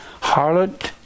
Harlot